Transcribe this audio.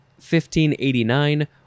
1589